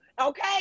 okay